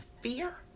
fear